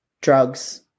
drugs